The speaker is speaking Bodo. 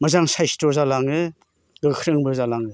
मोजां साइस्थ' जालाङो गोख्रोंबो जालाङो